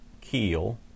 Keel